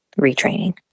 retraining